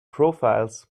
profiles